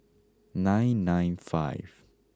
nine nine five